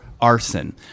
arson